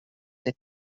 they